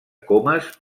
comes